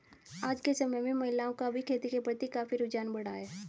आज के समय में महिलाओं का भी खेती के प्रति काफी रुझान बढ़ा है